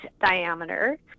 diameter